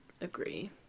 Agree